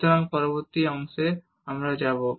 সুতরাং পরবর্তী অংশে যাব